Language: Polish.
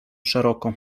szeroko